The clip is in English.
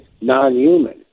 non-human